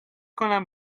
کنم